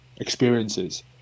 experiences